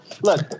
Look